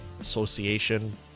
Association